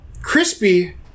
crispy